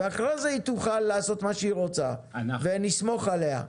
אחרי זה היא תוכל לעשות מה שהיא רוצה ואני אסמוך עליה,